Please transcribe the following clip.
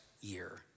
year